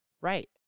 Right